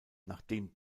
nachdem